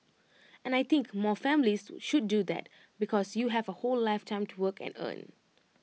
and I think more families should do that because you have A whole lifetime to work and earn